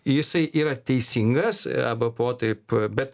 jisai yra teisingas arba po taip bet